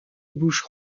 bouche